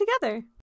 together